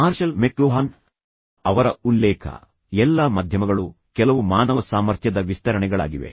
marshal McLuhan ಅವರ ಉಲ್ಲೇಖ "ಎಲ್ಲಾ ಮಾಧ್ಯಮಗಳು ಕೆಲವು ಮಾನವ ಸಾಮರ್ಥ್ಯದ ವಿಸ್ತರಣೆಗಳಾಗಿವೆ